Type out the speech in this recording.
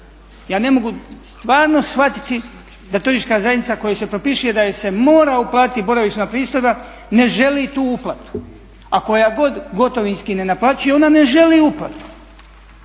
Ja ne mogu stvarno shvatiti da turistička zajednica kojoj se propisuje da joj se mora uplatiti boravišna pristojba ne želi tu uplatu, a koja god gotovinski ne naplaćuje ona ne želi uplatu,